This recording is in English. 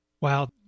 Wow